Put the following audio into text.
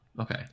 Okay